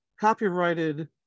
copyrighted